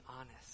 honest